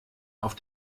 auf